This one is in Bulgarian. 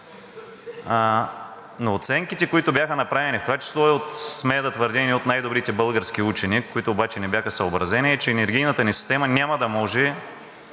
но оценките, които бяха направени, смея да твърдя, от най-добрите български учени, които обаче не бяха съобразени, е, че енергийната ни система няма да може